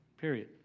Period